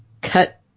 cut